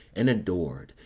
and adored,